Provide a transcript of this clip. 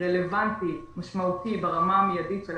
רלוונטי משמעותי ברמה המידית של